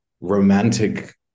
romantic